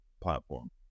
platform